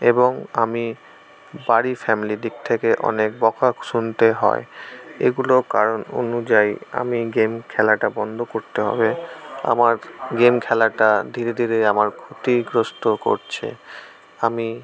এবং আমি বাড়ির ফ্যামিলি দিক থেকে অনেক বকা শুনতে হয় এগুলো কারণ অনুযায়ী আমি গেম খেলাটা বন্ধ করতে হবে আমার গেম খেলাটা ধীরে ধীরে আমার ক্ষতিগ্রস্থ করছে আমি